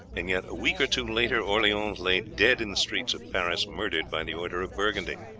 and yet a week or two later orleans lay dead in the streets of paris, murdered by the order of burgundy.